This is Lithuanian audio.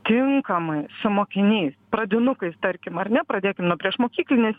tinkamai su mokiniais pradinukais tarkim ar ne pradėti nuo priešmokyklinės